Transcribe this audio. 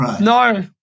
no